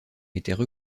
étaient